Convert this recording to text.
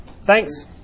Thanks